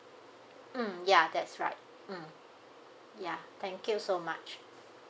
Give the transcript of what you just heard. mm ya that's right mm ya thank you so much